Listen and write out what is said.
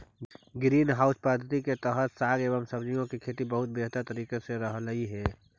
green house पद्धति के तहत साग एवं सब्जियों की खेती बहुत बेहतर तरीके से हो रहलइ हे